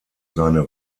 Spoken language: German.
seine